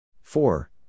four